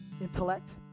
intellect